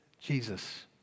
Jesus